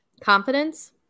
confidence